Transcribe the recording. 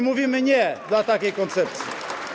Mówimy: nie dla takiej koncepcji.